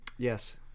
Yes